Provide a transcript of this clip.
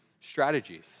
strategies